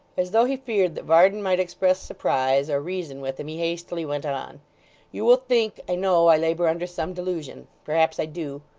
as though he feared that varden might express surprise, or reason with him, he hastily went on you will think, i know, i labour under some delusion. perhaps i do.